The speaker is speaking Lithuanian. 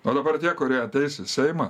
o dabar tie kurie ateis į seimą